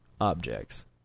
objects